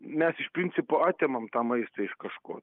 mes iš principo atimam tą maistą iš kažko